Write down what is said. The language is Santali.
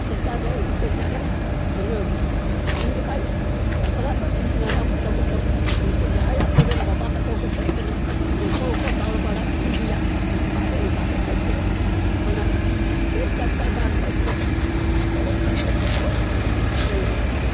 ᱪᱮᱛᱟᱱᱨᱮ ᱚᱛᱛᱟᱪᱟᱨᱮ ᱫᱷᱨᱟᱹᱣᱱᱟ ᱩᱱᱡᱚᱠᱷᱟᱡ ᱫᱷᱟᱠᱞᱟ ᱫᱷᱟᱹᱠᱞᱤ ᱱᱟᱱᱟ ᱵᱷᱚᱡᱚᱠᱚᱴᱚ ᱩᱱᱠᱩ ᱡᱟᱦᱟᱭ ᱟᱵᱚᱨᱮᱱ ᱵᱟᱵᱟ ᱛᱟᱠᱚᱠᱚ ᱛᱟᱦᱮᱸ ᱠᱟᱱᱟ ᱩᱱᱠᱩ ᱠᱚᱠᱚ ᱫᱟᱞ ᱵᱟᱲᱟ ᱠᱤᱫᱤᱜᱮᱭᱟ ᱟᱨ ᱚᱱᱠᱟ ᱠᱟᱛᱮ ᱜᱮ ᱚᱱᱟ ᱪᱟᱹᱭᱪᱟᱢᱯᱟ ᱜᱟᱲ ᱠᱷᱚᱡ ᱫᱚ ᱟᱫᱚ ᱚᱸᱰᱮ ᱠᱷᱚᱡ ᱫᱚᱠᱚ ᱫᱟᱹᱲ ᱠᱮᱫᱟ